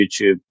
YouTube